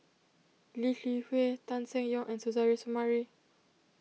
Lee Li Hui Tan Seng Yong and Suzairhe Sumari